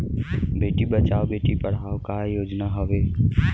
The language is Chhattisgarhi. बेटी बचाओ बेटी पढ़ाओ का योजना हवे?